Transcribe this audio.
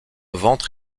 ventre